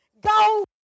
Go